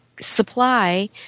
supply